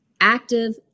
active